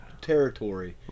territory